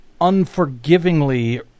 unforgivingly